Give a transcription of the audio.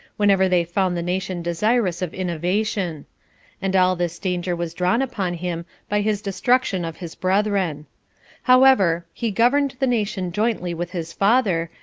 whenever they found the nation desirous of innovation and all this danger was drawn upon him by his destruction of his brethren. however, he governed the nation jointly with his father,